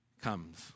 comes